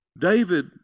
David